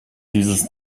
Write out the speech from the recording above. dieses